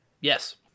Yes